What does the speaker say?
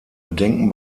bedenken